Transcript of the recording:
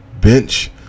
bench